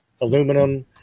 aluminum